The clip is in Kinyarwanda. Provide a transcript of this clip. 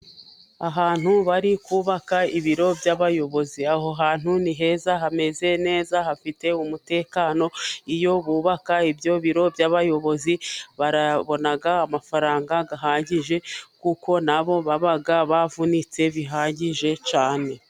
Ahantu bari kubaka ibiro by'abayobozi, aho hantu ni heza hameze neza hafite umutekano, iyo bubaka ibyo biro by'abayobozi babona amafaranga ahagije, kuko na bo baba bavunitse bihagije cyane.